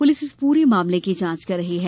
police इस पूरे मामले की जांच कर रही है